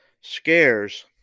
scares